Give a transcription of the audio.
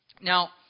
Now